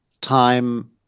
time